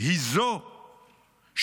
היא זו שכן